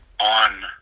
on